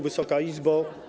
Wysoka Izbo!